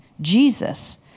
Jesus